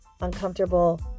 uncomfortable